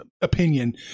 opinion